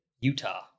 Utah